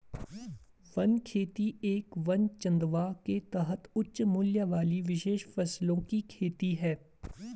one खेती एक वन चंदवा के तहत उच्च मूल्य वाली विशेष फसलों की खेती है